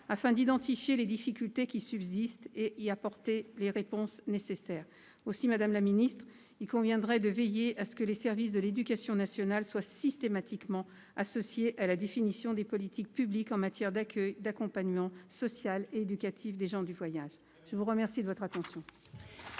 afin d'identifier les difficultés qui subsistent et d'y apporter les réponses nécessaires. Madame la ministre, il conviendrait de veiller à ce que les services de l'éducation nationale soient systématiquement associés à la définition des politiques publiques en matière d'accueil, d'accompagnement social et éducatif des gens du voyage. Très bien ! La parole est